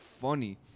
funny